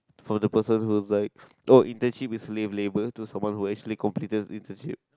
for the person who was like oh internship is slave labour to someone who has actually completed internship